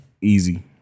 easy